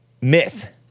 myth